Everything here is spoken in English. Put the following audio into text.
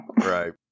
Right